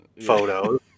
photos